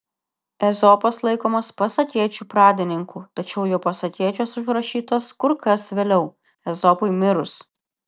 ezopas laikomas pasakėčių pradininku tačiau jo pasakėčios užrašytos kur kas vėliau ezopui mirus